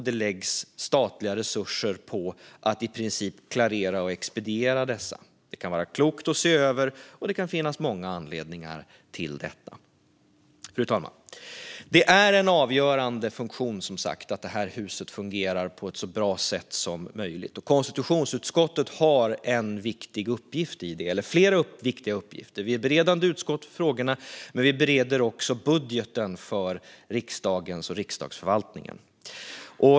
Det läggs alltså statliga resurser på att i princip klarera och expediera dem. Det kan vara klokt att se över, och det kan finnas många anledningar till detta. Fru talman! Det är som sagt avgörande att det här huset fungerar på ett så bra sätt som möjligt. Konstitutionsutskottet har flera viktiga uppgifter i detta. Vi är beredande utskott för frågorna och bereder också budgeten för riksdagen och Riksdagsförvaltningen.